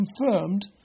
confirmed